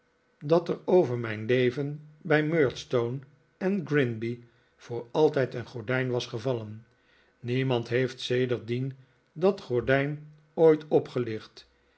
dat er over mijn leven bij murdstone en grinby voor altijd een gordijn was gevallen niemand heeft sedertdien dat gordijn ooit opgelicht